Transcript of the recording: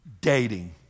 dating